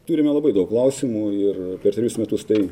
turime labai daug klausimų ir per trejus metus tai